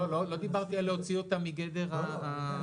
לא דיברתי על להוציא אותם מגדר ההגדרה.